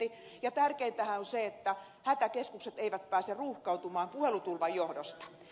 tärkeintähän on se että hätäkeskukset eivät pääse ruuhkautumaan puhelutulvan johdosta